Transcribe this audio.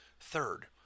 Third